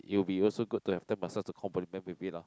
you'll be also good to have Thai massage to compliment with it lah